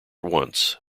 once